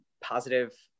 positive